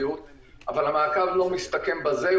המעקב לא מסתכם בזה,